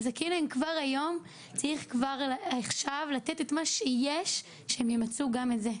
זכאים צריך כבר היום צריך כבר עכשיו לתת את מה שיש שימצו גם את זה.